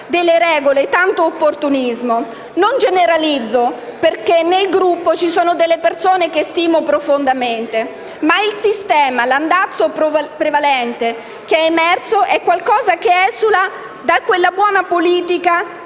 Non generalizzo, perché nel Gruppo ci sono delle persone che stimo profondamente, ma il sistema e l'andazzo prevalenti che sono emersi esulano da quella buona politica